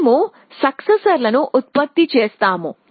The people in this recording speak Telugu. మేము సక్సెసర్ లను ఉత్పత్తి చేస్తాము